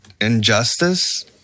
injustice